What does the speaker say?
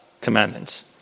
commandments